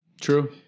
True